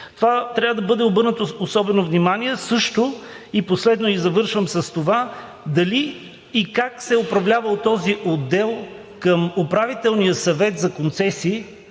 това трябва да бъде обърнато особено внимание. Също и последно, с което завършвам – дали и как се е управлявал този отдел към Управителния съвет за концесии